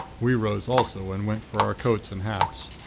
we rose also, and went for our coats and hats.